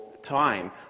Time